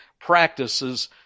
practices